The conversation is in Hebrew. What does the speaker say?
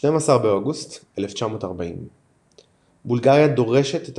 12 באוגוסט 1940 בולגריה דורשת את